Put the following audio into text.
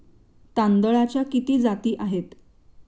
तांदळाच्या किती जाती आहेत?